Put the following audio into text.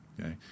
Okay